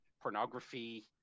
pornography